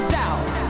doubt